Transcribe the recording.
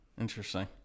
Interesting